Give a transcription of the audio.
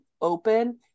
open